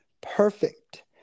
perfect